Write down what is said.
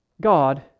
God